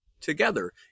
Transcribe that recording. together